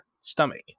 stomach